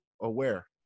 aware